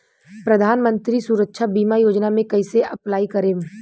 प्रधानमंत्री सुरक्षा बीमा योजना मे कैसे अप्लाई करेम?